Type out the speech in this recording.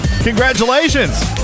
Congratulations